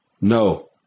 No